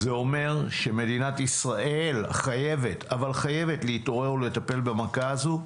זה אומר שמדינת ישראל חייבת להתעורר ולטפל במכה הזו.